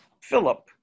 Philip